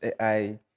AI